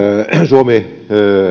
suomi